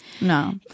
No